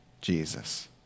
Jesus